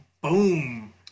boom